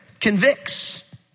convicts